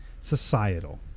societal